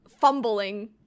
fumbling